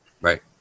Right